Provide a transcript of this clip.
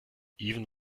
even